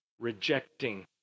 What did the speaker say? rejecting